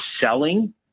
selling